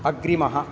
अग्रिमः